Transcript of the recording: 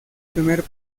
primer